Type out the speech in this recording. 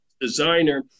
designer